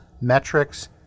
metrics